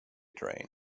train